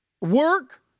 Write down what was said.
Work